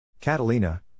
Catalina